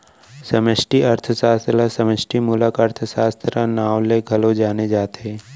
समस्टि अर्थसास्त्र ल समस्टि मूलक अर्थसास्त्र, नांव ले घलौ जाने जाथे